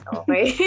okay